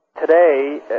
today